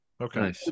Okay